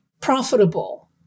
profitable